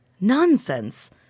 Nonsense